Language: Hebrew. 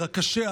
הקשה,